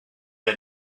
had